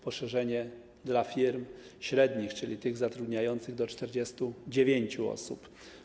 Poszerzenie dla firm średnich, czyli tych zatrudniających do 49 osób.